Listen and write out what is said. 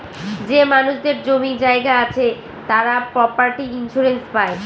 যে মানুষদের জমি জায়গা আছে তারা প্রপার্টি ইন্সুরেন্স পাই